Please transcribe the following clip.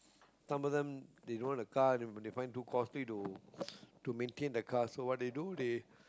some of them they own a car they find it costly to to maintain the car so what they do they